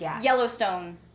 Yellowstone